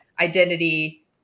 identity